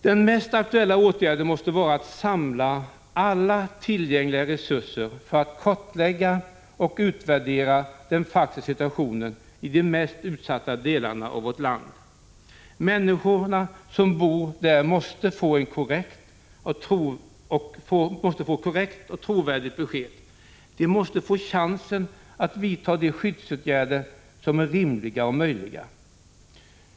Den mest aktuella åtgärden måste vara att samla alla tillgängliga resurser för att kartlägga och utvärdera den faktiska situationen i de mest utsatta delarna av vårt land. Människorna som bor där måste få ett korrekt och trovärdigt besked. De måste få chansen att vidta de skyddsåtgärder som är rimliga och möjliga.